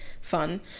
fun